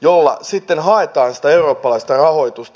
millä sitten haetaan sitä eurooppalaista rahoitusta